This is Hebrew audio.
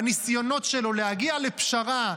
בניסיונות שלו להגיע לפשרה,